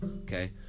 Okay